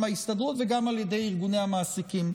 ההסתדרות וגם על ידי ארגוני המעסיקים.